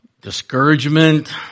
discouragement